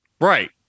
Right